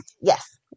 Yes